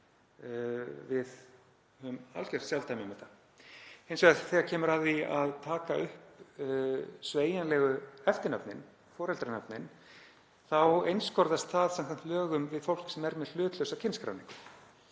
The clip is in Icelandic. Við höfum algjört sjálfdæmi um þetta. En þegar kemur að því að taka upp sveigjanleg eftirnöfn, foreldrisnöfn, þá einskorðast það samkvæmt lögum við fólk sem hefur hlutlausa kynskráningu.